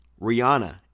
Rihanna